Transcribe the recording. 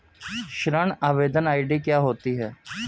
ऋण आवेदन आई.डी क्या होती है?